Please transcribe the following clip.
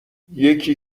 یکی